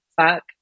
fuck